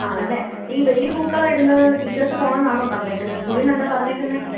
ആണല്ലേ ഈ വലിയ പൂക്കളം ഇടുന്നത് ടീച്ചേഴ്സ് പോവണം എന്നാണോ പറഞ്ഞിരിക്കുന്നത് സ്കൂളിൽ നിന്ന് എന്താണ് പറഞ്ഞിരിക്കുന്നത്